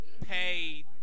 pay